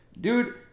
dude